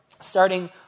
starting